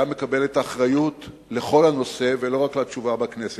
היה מקבל את האחריות לכל הנושא ולא רק לתשובה בכנסת.